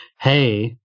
hey